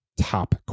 top